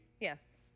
Yes